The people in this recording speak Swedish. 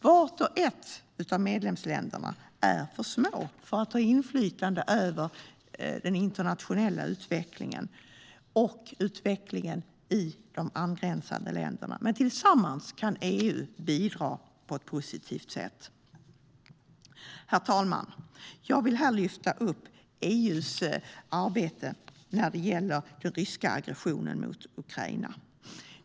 Vart och ett av medlemsländerna är för litet för att ha inflytande över den internationella utvecklingen och utvecklingen i de angränsande länderna. Men tillsammans kan EU bidra på ett positivt sätt. Herr talman! Jag vill här lyfta fram EU:s arbete när det gäller den ryska aggressionen mot Ukraina.